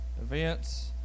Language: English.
events